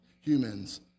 humans